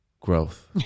Growth